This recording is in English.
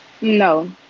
No